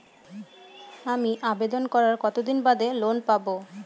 আমি আবেদন করার কতদিন বাদে লোন পাব?